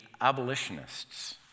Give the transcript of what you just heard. abolitionists